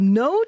no